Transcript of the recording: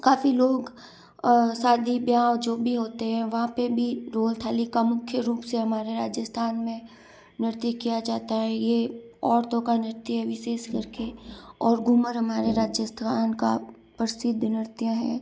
काफ़ी लोग शादी ब्याह जो भी होते हैं वहाँ पे भी ढोल थाली का मुख्य रूप से हमारे राजस्थान में नृत्य किया जाता है ये औरतों का नृत्य विशेष करके और घूमर हमारे राजस्थान का प्रसिद्ध नृत्य है